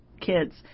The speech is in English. kids